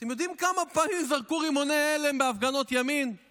אתם יודעים כמה פעמים זרקו רימוני הלם בהפגנות ימין על